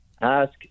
ask